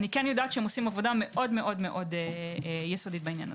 אני כן יודעת שהם עושים עבודה מאוד יסודית בעניין.